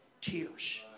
tears